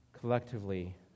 collectively